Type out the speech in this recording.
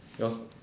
yours eh